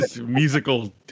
musical